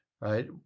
right